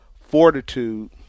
fortitude